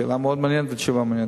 שאלה מאוד מעניינת ותשובה מעניינת.